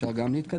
אפשר גם להתקדם.